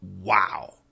Wow